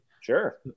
Sure